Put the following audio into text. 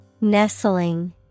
Nestling